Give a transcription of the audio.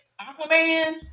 Aquaman